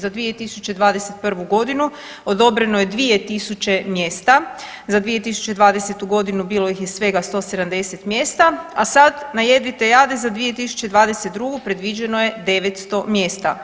Za 2021. godinu odobreno je 2000 mjesta, za 2020. godinu bilo ih je svega 170 mjesta, a sad na jedvite jade za 2022. predviđeno je 900 mjesta.